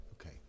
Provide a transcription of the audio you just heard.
Okay